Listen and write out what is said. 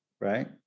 right